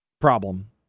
problem